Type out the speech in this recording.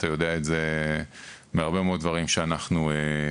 אתה יודע את זה מהרבה מאוד דברים שאנחנו עושים.